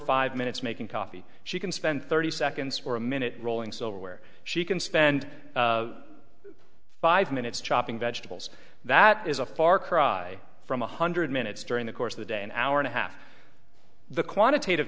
five minutes making coffee she can spend thirty seconds or a minute rolling silverware she can spend five minutes chopping vegetables that is a far cry from one hundred minutes during the course of the day an hour and a half the quantitative